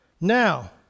Now